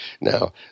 now